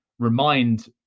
remind